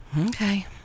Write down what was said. okay